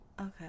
Okay